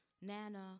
Nana